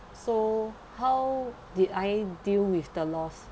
so how did I deal with the loss